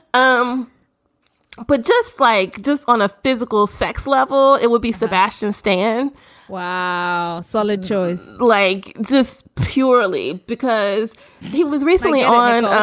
um but just like just on a physical sex level, it will be sebastian stan solid choice like this purely because he was recently on